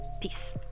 Peace